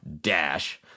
dash